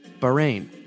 Bahrain